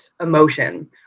emotion